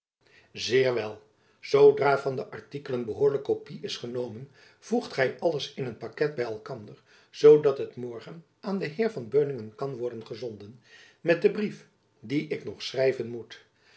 zeer wel zoodra van de artikelen behoorlijk kopy is genomen voegt gy alles in een pakket by elkander zoodat het morgen aan den heer van beuningen kan worden gezonden met den brief dien ik nog schrijven moet